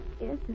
Yes